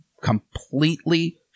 completely